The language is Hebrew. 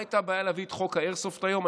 מה הייתה הבעיה להביא את חוק האיירסופט היום?